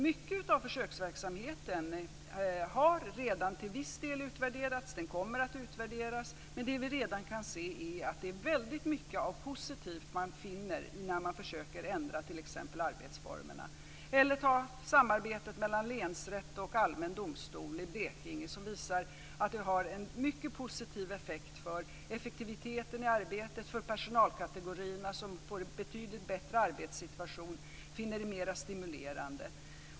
Mycket av försöksverksamheten har redan till viss del utvärderats. Den kommer att utvärderas. Det vi redan kan se är att man finner väldigt mycket positivt när man försöker ändra t.ex. arbetsformerna. Vi kan också ta exemplet med samarbetet mellan länsrätt och allmän domstol i Blekinge, som visar sig ha en mycket positiv effekt när det gäller effektiviteten i arbetet och för personalkategorierna, som får en betydligt bättre arbetssituation och finner det mera stimulerande.